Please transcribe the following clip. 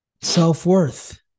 self-worth